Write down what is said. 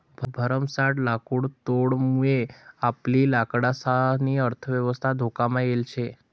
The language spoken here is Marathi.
भरमसाठ लाकुडतोडमुये आपली लाकडंसनी अर्थयवस्था धोकामा येल शे